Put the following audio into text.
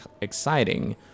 exciting